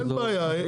אין בעיה,